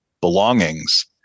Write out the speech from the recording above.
belongings